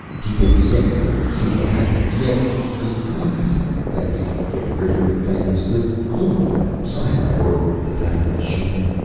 keep it safe and see what happens. yet it might be best to get rid of it fast with chloroform, cyanide or the back of a shovel.